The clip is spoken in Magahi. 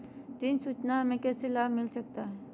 ऋण सूचना हमें कैसे लाभ मिलता सके ला?